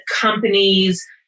companies